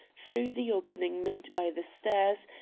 through the opening made by the stairs,